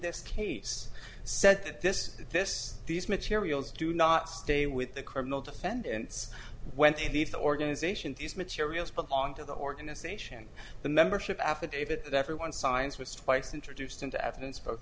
this case said that this this these materials do not stay with the criminal defendants when they leave the organization these materials belong to the organization the membership affidavit everyone signs was twice introduced into evidence bo